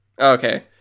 okay